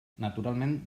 naturalment